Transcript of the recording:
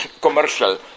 commercial